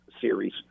series